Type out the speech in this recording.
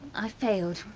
i failed.